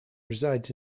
resides